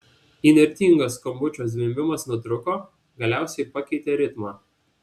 įnirtingas skambučio zvimbimas nutrūko galiausiai pakeitė ritmą